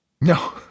No